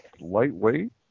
Lightweight